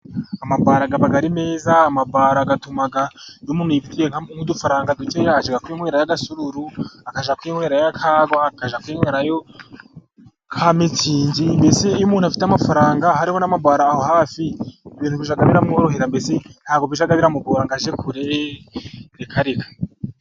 Amabara aba ari meza, amabara atuma iyo umuntu yifitiye nk'udufaranga duke ajya kwinywerayo agasuru, akajya kwinywera akagwa, akajya kwinywerayo ka mitsingi, mbese iyo umuntu afite amafaranga hariho n'amabara aho hafi, ibintu bijya biramworohera, mbese nta bwo bijya bimugora ngo ajye kure, reka reka.